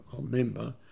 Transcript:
member